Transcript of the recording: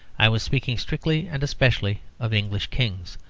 i was speaking strictly and especially of english kings,